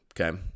okay